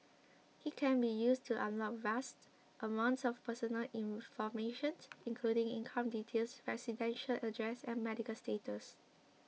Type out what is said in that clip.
it can be used to unlock vast amounts of personal information including income details residential address and medical status